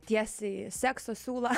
tiesiai sekso siūlo